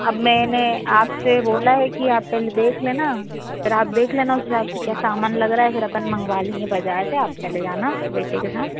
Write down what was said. अब मैंने आपसे बोला है कि आप पहले देख लेना फिर आप देख लेना उस हिसाब से क्या सामान लग रहा है फिर अपन मंगवा लेंगे बज़ार से आप चले जाना बेटे के साथ